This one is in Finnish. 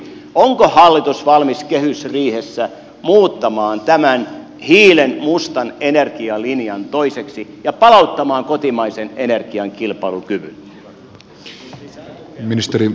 onko hallitus valmis kehysriihessä muuttamaan tämän hiilenmustan energialinjan toiseksi ja palauttamaan kotimaisen energian kilpailukyvyn